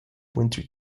winter